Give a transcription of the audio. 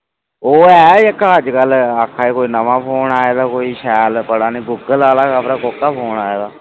ओह् ऐ अज्ज जेह्का आक्खा दे नमां फोन आए दा शैल गुगल आह्ला पता निं आक्खा दे कोह्का फोन आए दा